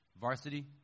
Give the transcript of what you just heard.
Varsity